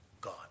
God